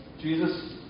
Jesus